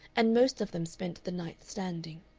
and most of them spent the night standing.